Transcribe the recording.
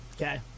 Okay